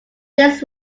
this